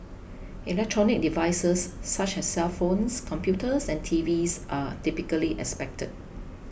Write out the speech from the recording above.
electronic devices such as cellphones computers and T Vs are typically expected